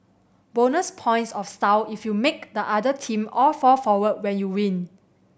bonus points of style if you make the other team all fall forward when you win